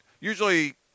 Usually